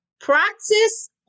Practice